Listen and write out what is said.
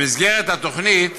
במסגרת התוכנית